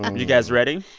and you guys ready?